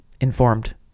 informed